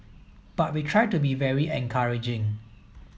but we try to be very encouraging